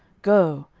go,